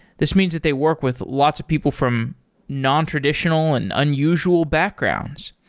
this means that they work with lots of people from nontraditional and unusual backgrounds.